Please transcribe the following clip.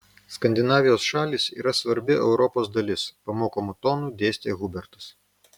skandinavijos šalys yra svarbi europos dalis pamokomu tonu dėstė hubertas